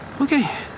Okay